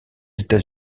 états